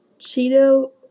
Cheeto